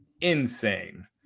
insane